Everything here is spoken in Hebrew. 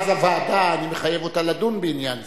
אז הוועדה, אני מחייב אותה לדון בעניין זה,